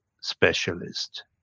specialist